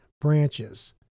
Branches